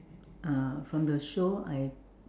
uh from the show I